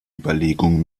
überlegung